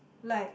like